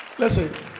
Listen